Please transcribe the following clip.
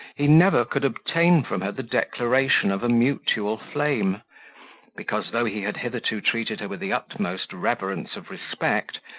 he never could obtain from her the declaration of a mutual flame because, though he had hitherto treated her with the utmost reverence of respect,